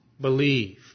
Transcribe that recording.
believe